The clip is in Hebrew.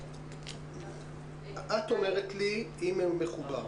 את השירות, האינטרס שלנו הוא ברור.